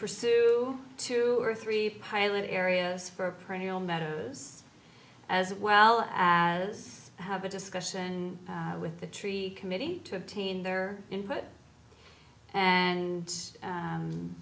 pursue two or three pilot areas for prey on meadows as well as have a discussion with the tree committee to obtain their input and